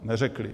Neřekli.